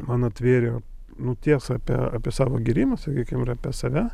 man atvėrė nu tiesą apie apie savo gėrimą sakykim ir apie save